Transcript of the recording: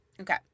Okay